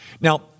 Now